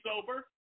sober